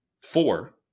four